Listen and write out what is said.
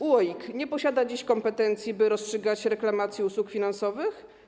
UOKiK nie posiada dziś kompetencji, by rozstrzygać reklamacje usług finansowych.